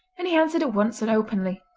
and he answered at once and openly.